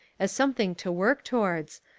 as something to work towards,